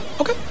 Okay